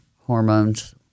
hormones